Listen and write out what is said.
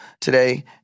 today